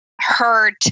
hurt